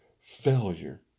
failure